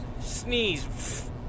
Sneeze